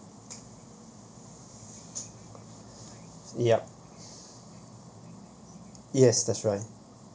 yup yes that's right